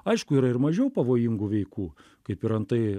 aišku yra ir mažiau pavojingų veikų kaip ir antai